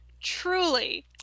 Truly